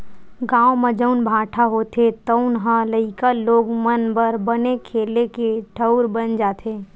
गाँव म जउन भाठा होथे तउन ह लइका लोग मन बर बने खेले के ठउर बन जाथे